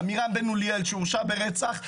עמירם בן אוליאל, שהורשע ברצח.